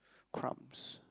crumbs